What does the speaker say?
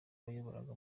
wayoboraga